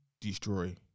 destroy